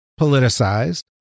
politicized